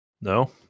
no